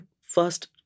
first